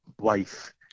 wife